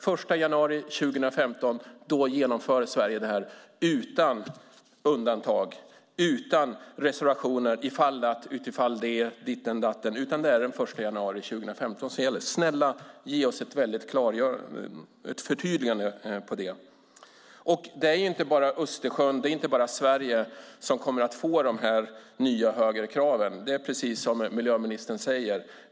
Den 1 januari 2015 genomför Sverige detta, utan undantag, utan reservationer, utan "ifall att", "utifall det" och ditten och datten. Det är den 1 januari 2015 som gäller. Snälla, ge oss ett förtydligande om det! Det är inte bara Östersjön och inte bara Sverige som kommer att få de nya högre kraven. Det är precis som miljöministern säger.